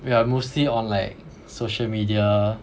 we are mostly on like social media